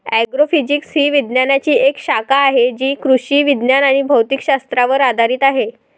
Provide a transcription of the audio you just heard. agrophysics ही विज्ञानाची एक शाखा आहे जी कृषी विज्ञान आणि भौतिक शास्त्रावर आधारित आहे